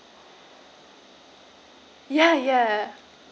ya ya